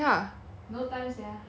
but 你现在都每天在家 [what]